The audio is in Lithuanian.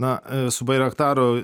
na su bairaktaru